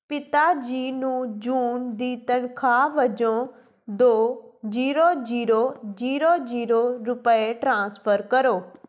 ਪਿਤਾ ਜੀ ਨੂੰ ਜੂਨ ਦੀ ਤਨਖਾਹ ਵਜੋਂ ਦੋ ਜ਼ੀਰੋ ਜ਼ੀਰੋ ਜ਼ੀਰੋ ਜ਼ੀਰੋ ਰੁਪਏ ਟ੍ਰਾਂਸਫਰ ਕਰੋ